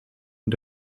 und